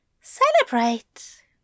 Celebrate